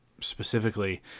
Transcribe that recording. specifically